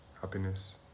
happiness